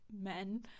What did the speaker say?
men